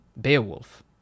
Beowulf